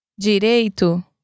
Direito